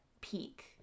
peak